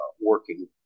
working